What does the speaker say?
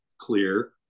clear